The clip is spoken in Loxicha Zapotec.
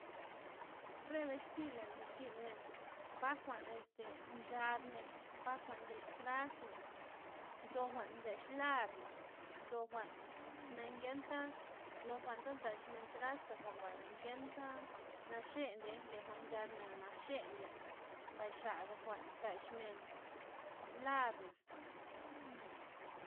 Re bextila nli zynmen part jwa'n este nchadmen, part jwa'n nchex tras'na, nzo jwa'n nchex lar'na, nzo jwa'n nangen'ta loguan ta ndaxmen traza jwa'nba ngentha naxe ndiey, le jwa'n nchadmena naxe ndya, mbay xaga jwa'n ndaxmen lar'na.